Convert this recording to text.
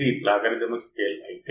మీకు తేలికైనది సరియైనది